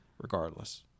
regardless